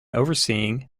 overseeing